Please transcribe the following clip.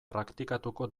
praktikatuko